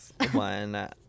One